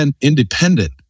independent